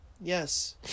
yes